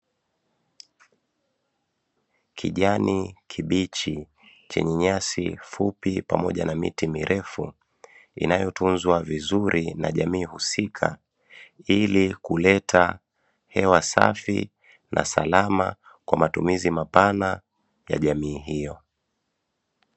Kijani kibichi chenye nyasi fupi pamoja na miti mirefu inayotunzwa vizuri na jamii husika, ili kuleta hewa safi na salama kwa matumizi mapana ya jamii hiyo.